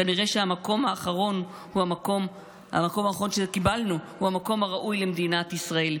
כנראה שהמקום האחרון שקיבלנו הוא המקום הראוי למדינת ישראל.